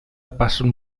passen